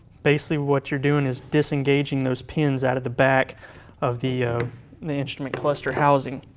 basically, what you're doing is disengaging those pins out of the back of the the instrument cluster housing.